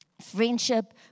friendship